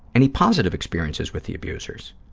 any positive experiences with the abusers?